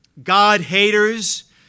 God-haters